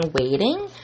waiting